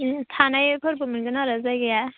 ओं थानायफोरबो मोनगोन आरो जायगाया